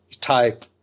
type